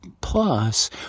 Plus